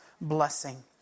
blessing